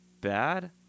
bad